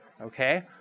okay